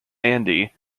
andy